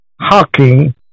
Hawking